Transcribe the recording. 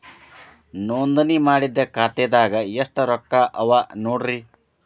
ನೋಂದಣಿ ಮಾಡಿದ್ದ ಖಾತೆದಾಗ್ ಎಷ್ಟು ರೊಕ್ಕಾ ಅವ ನೋಡ್ರಿ